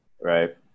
Right